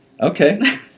Okay